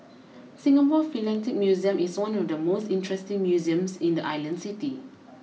Singapore Philatelic Museum is one of the most interesting museums in the island city